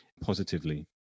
positively